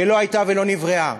שלא הייתה ולא נבראה.